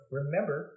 remember